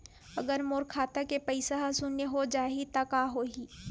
अगर मोर खाता के पईसा ह शून्य हो जाही त का होही?